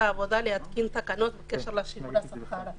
העבודה להתקין תקנות בקשר לשיעור השכר.